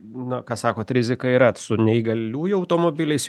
nu ką sakot rizika yra su neįgaliųjų automobiliais